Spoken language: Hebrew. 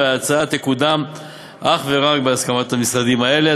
וההצעה תקודם אך ורק בהסכמת המשרדים האלה.